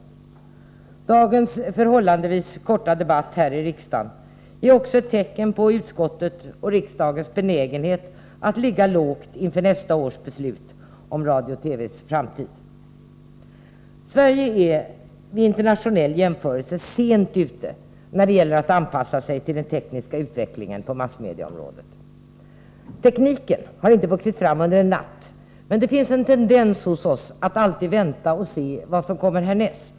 Dagens av talarlistan att döma förhållandevis korta debatt här i riksdagen är också ett tecken på att utskottet och riksdagen är benägna att ligga lågt inför nästa års beslut om radions och TV:s framtid. Sverige är vid en internationell jämförelse sent ute när det gäller att anpassa sig till den tekniska utvecklingen på massmediaområdet. Tekniken har inte vuxit fram under en natt, men det finns en tendens hos oss att alltid vänta och se vad som kommer härnäst.